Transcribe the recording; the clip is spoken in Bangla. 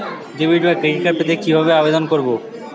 ডেবিট বা ক্রেডিট কার্ড পেতে কি ভাবে আবেদন করব?